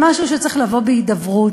זה משהו שצריך לבוא בהידברות